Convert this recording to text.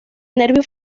nervio